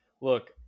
look